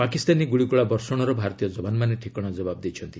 ପାକିସ୍ତାନୀ ଗୁଳିଗୋଳା ବର୍ଷଣର ଭାରତୀୟ ଯବାନମାନେ ଠିକଣା ଜବାବ ଦେଇଛନ୍ତି